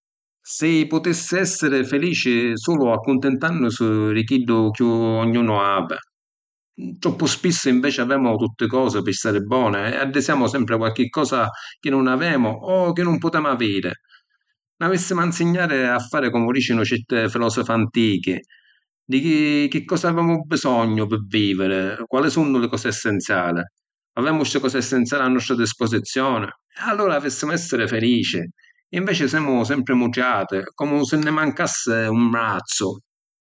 Si putissi essiri filici sulu accuntintannusi di chiddu chi ognunu havi. Troppu spissu, inveci, avemu tutti cosi pi stari boni e addisiàmu sempri qualchi cosa chi nun avemu o chi nun putemu aviri. Nn’avissimu a ‘nsignari a fari comu dicinu certi filosofi antichi: di chi cosa avemu bisognu pi viviri, quali sunnu li cosi essenziali? Avemu sti cosi essenziali a nostra disposizioni? E allura avissimu a essiri filici. Inveci semu sempri mutriàti comu si nni mancassi un vrazzu.